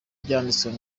byanditswe